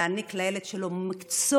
להעניק לילד שלו מקצוע,